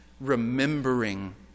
remembering